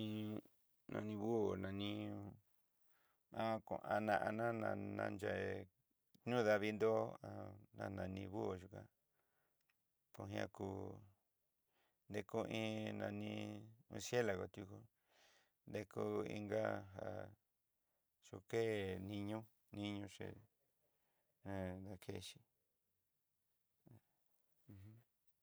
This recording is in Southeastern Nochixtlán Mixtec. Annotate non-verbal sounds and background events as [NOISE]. Iin nani buó nani [HESITATION] [HESITATION] naná'a nayé nu davin dó [HESITATION] ni buó yukan, koñá kú nekoin nani, murcielagó tú ne kú inga [HESITATION] ké niño ché hé nakexhí. [HESITATION]